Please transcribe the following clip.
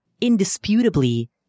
indisputably